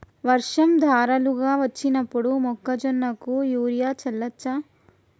వర్షం ధారలుగా వచ్చినప్పుడు మొక్కజొన్న కు యూరియా చల్లచ్చా?